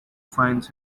finds